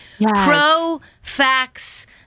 pro-facts